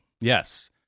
Yes